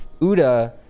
uda